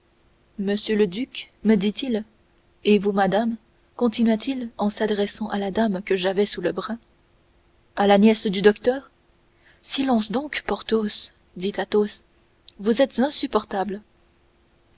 monsieur le duc me dit-il et vous madame continua-t-il en s'adressant à la dame que j'avais sous le bras à la nièce du docteur silence donc porthos dit athos vous êtes insupportable